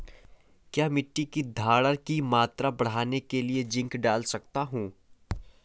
क्या मिट्टी की धरण की मात्रा बढ़ाने के लिए जिंक डाल सकता हूँ?